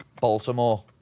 Baltimore